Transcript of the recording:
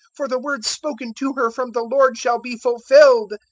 for the word spoken to her from the lord shall be fulfilled.